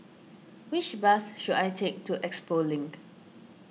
which bus should I take to Expo Link